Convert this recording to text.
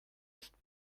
ist